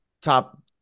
top